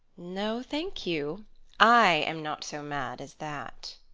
no thank you i am not so mad as that.